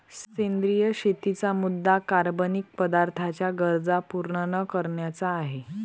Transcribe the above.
सेंद्रिय शेतीचा मुद्या कार्बनिक पदार्थांच्या गरजा पूर्ण न करण्याचा आहे